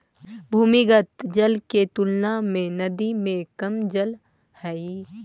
भूमिगत जल के तुलना में नदी में कम जल हई